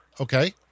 Okay